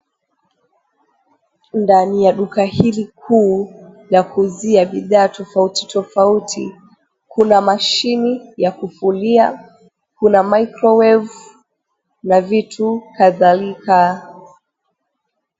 Ndani ya duka hili kuu ya kuzuia bidhaa tofauti tofauti, Kuna mashini ya kufulia kuna microwave na vitu kadhalika.